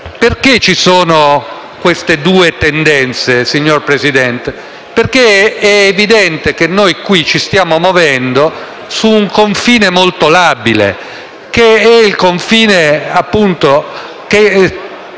Ci sono queste due tendenze, signor Presidente, perché è evidente che noi qui ci stiamo muovendo su un confine molto labile, che è appunto la